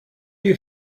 you